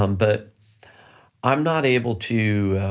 um but i'm not able to